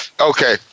Okay